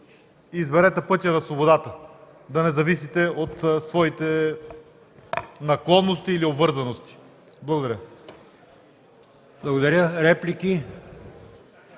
изберете пътя на свободата – да не зависите от своите наклонности или обвързаности. Благодаря.